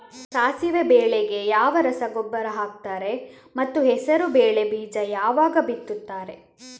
ಸಾಸಿವೆ ಬೆಳೆಗೆ ಯಾವ ರಸಗೊಬ್ಬರ ಹಾಕ್ತಾರೆ ಮತ್ತು ಹೆಸರುಬೇಳೆ ಬೀಜ ಯಾವಾಗ ಬಿತ್ತುತ್ತಾರೆ?